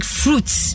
fruits